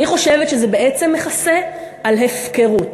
אני חושבת שזה בעצם מכסה על הפקרות.